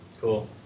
Cool